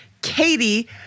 Katie